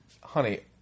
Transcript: Honey